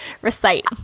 recite